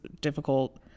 difficult